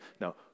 Now